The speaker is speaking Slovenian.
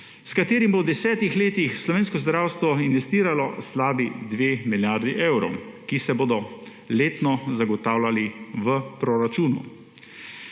s katerim se bo v desetih letih v slovensko zdravstvo investiralo slabi 2 milijardi evrov, ki se bodo letno zagotavljali v proračunu.